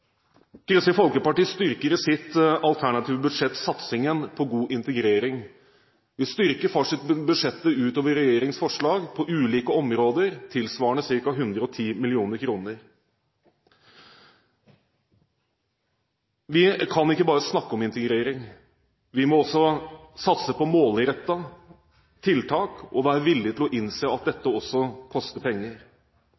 Kristelig Folkeparti styrker i sitt alternative budsjett satsingen på god integrering. Vi styrker budsjettet utover regjeringens forslag på ulike områder tilsvarende ca. 110 mill. kr. Vi kan ikke bare snakke om integrering. Vi må også satse på målrettede tiltak og være villig til å innse at